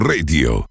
Radio